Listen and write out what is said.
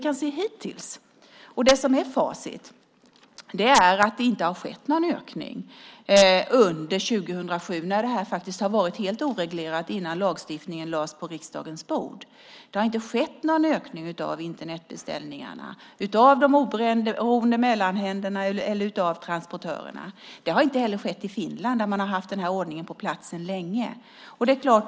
Facit hittills är att det inte skedde någon ökning under 2007 när det var helt oreglerat, det vill säga innan riksdagen lagstiftade om detta. Det skedde inte någon ökning av Internetbeställningarna, av de oberoende mellanhänderna eller av transportörerna. Det har inte heller skett i Finland, där man sedan länge haft denna ordning på plats.